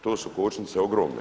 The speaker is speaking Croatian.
To su kočnice ogromne.